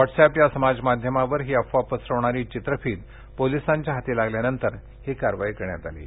WhatsApp या समाज माध्यमावर ही अफवा पसरवणारी चित्रफित पोलिसांच्या हाती लागल्यानंतर ही कारवाई करण्यात आली आहे